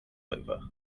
over